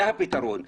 זה הפתרון.